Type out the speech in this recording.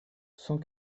cent